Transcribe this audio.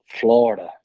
Florida